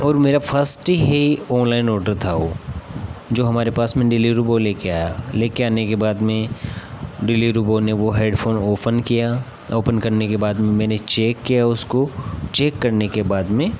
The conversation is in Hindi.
और मेरा फ़स्ट ही ऑनलाइन ऑडर था वह जो हमारे पास में डिलिवरी बॉय लेकर आया लेकर आने के बाद में डिलिवरी बॉय ने वह हेडफ़ोन ओपन किया ओपन करने के बाद में मैंने चेक किया उसको चेक करने के बाद में